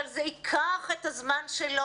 אבל זה ייקח את הזמן שלו.